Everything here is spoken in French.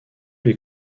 les